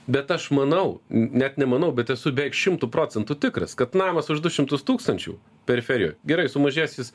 bet aš manau n net nemanau bet esu beveik šimtu procentų tikras kad namas už du šimtus tūkstančių periferijoj gerai sumažės jis